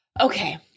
Okay